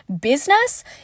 Business